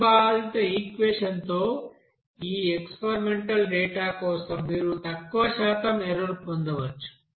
ప్రతిపాదిత ఈక్వెషన్ తో ఈ ఎక్స్పెరిమెంటల్ డేటా కోసం మీరు తక్కువ శాతం ఎర్రర్ పొందవచ్చు